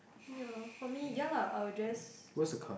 where's the card